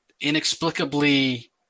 inexplicably